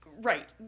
right